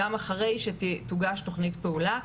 גם אחרי שתוגש תוכנית פעולה.